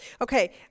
Okay